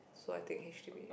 so I think h_d_b